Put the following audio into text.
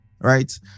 right